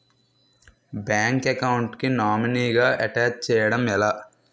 Bank account కి nominee గా attach చేయడం ఎలా?